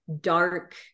dark